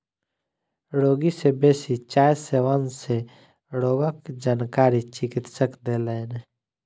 रोगी के बेसी चाय सेवन सँ रोगक जानकारी चिकित्सक देलैन